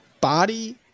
Body